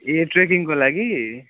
ए ट्रेकिङको लागि